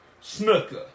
Snooker